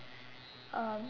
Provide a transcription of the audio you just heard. um